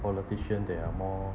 politician they are more